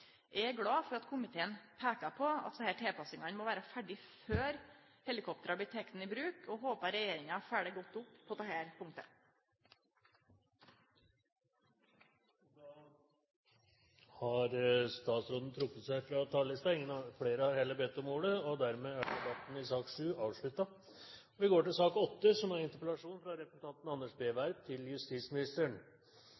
Eg er glad for at komiteen peikar på at desse tilpassingane må vere ferdige før helikoptra blir tekne i bruk, og håpar regjeringa følgjer godt opp på dette punktet. Flere har ikke bedt om ordet til sak nr. 7. Da Lund-kommisjonen la fram sin rapport i 1996, ble på mange måter lyset slått på i Politiets overvåkingstjenestes arkiver. Rapporten var og er